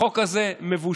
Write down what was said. החוק הזה מבושל,